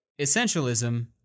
essentialism